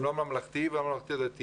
הם לא ממלכתי ולא ממלכתי-דתי,